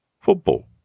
Football